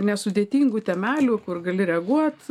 nesudėtingų temelių kur gali reaguot